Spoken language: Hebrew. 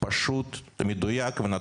רק למען